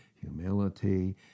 humility